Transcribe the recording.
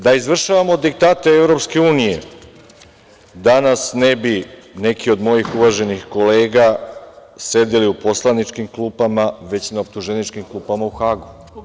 Da izvršavamo diktate EU danas ne bi neki od mojih uvaženih kolega sedeli u poslaničkim klupama, već na optuženičkim klupama u Hagu.